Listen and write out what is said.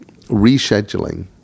rescheduling